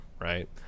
right